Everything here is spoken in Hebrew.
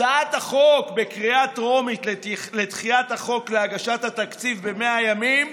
הצעת החוק בקריאה הטרומית לדחיית החוק להגשת התקציב ב-100 ימים